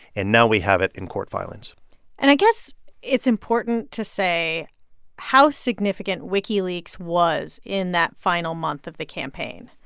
and now we have it in court filings and i guess it's important to say how significant wikileaks was in that final month of the campaign.